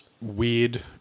weird